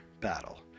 battle